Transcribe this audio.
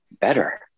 better